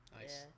Nice